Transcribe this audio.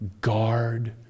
guard